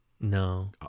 no